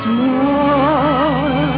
more